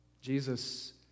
Jesus